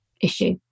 issue